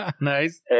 Nice